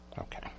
Okay